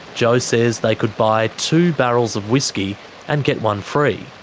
jo says they could buy two barrels of whiskey and get one free.